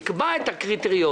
נקבע את הקריטריונים,